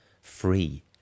free